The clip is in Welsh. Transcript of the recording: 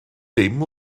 dim